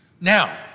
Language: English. Now